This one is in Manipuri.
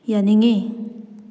ꯌꯥꯅꯤꯡꯏ